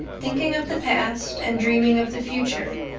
thinking of the past and dreaming of the future.